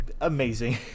amazing